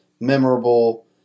memorable